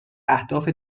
اهداف